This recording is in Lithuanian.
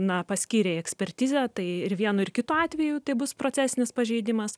na paskyrei ekspertizę tai ir vienu ir kitu atveju tai bus procesinis pažeidimas